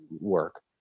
work